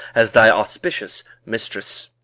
as thy auspicious mistress!